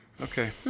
Okay